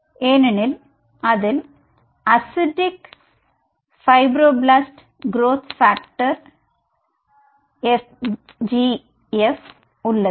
ஏனெனில் அதில் acidic FGF உள்ளது